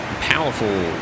powerful